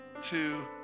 two